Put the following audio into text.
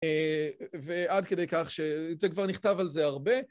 ועד כדי כך ש... זה כבר נכתב על זה הרבה.